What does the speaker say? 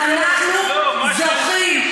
אנחנו זוכים,